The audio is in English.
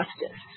justice